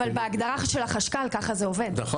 אבל בהגדרה של החשב הכללי ככה זה עובד,